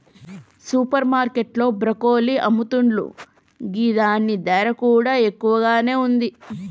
super market లో broccoli అమ్ముతున్లు గిదాని ధర కూడా ఎక్కువగానే ఉంది